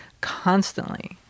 constantly